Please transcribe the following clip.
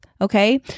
Okay